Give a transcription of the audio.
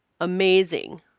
amazing